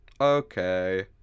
Okay